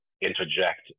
interject